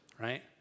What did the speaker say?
right